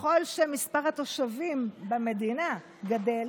שככל שמספר התושבים במדינה גדל,